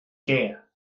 kêr